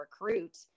recruit